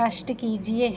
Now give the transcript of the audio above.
कष्ट कीजिए